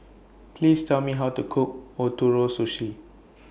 Please Tell Me How to Cook Ootoro Sushi